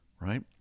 right